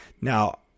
Now